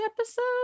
episode